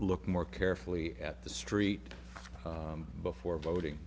look more carefully at the street before voting